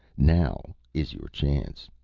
now is your chance.